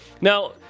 Now